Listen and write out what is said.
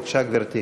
בבקשה, גברתי.